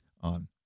on